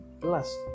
plus